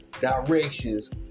directions